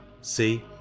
See